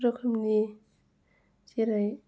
रोखोमनि जेरै